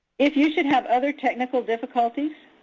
if you should have other technical difficulties,